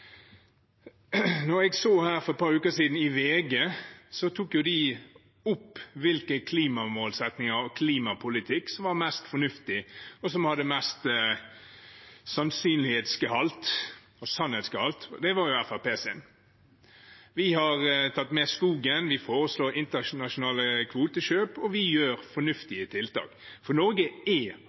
Jeg så for et par uker siden at VG tok opp hvilke klimamålsettinger og hvilken klimapolitikk som var mest fornuftig, og som hadde størst sannsynlighetsgehalt og sannhetsgehalt, og det var Fremskrittspartiets. Vi har tatt med skogen, vi foreslår internasjonale kvotekjøp, og vi gjør fornuftige tiltak. For Norge er